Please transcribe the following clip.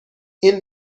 این